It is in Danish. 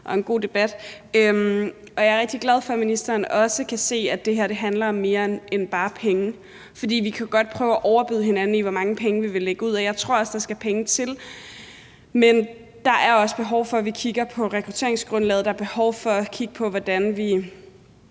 og en god debat. Jeg er rigtig glad for, at ministeren også kan se, at det her handler om mere end bare penge, for vi kan godt prøve at overbyde hinanden, i forhold til hvor mange penge vi vil bruge, og jeg tror også, der skal penge til, men der er også behov for, at vi kigger på rekrutteringsgrundlaget, og der er behov for at kigge på vores